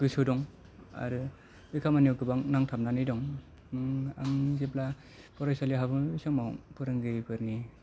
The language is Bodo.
गोसो दं आरो बे खामानियाव गोबां नांथाबनानै दं आं जेब्ला फरायसालियाव हाबो बे समाव फोरोंगिरिफोरनि